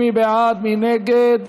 48 בעד, אין מתנגדים,